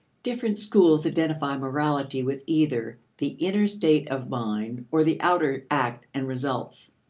different schools identify morality with either the inner state of mind or the outer act and results,